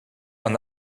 aan